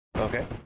Okay